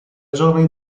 giorni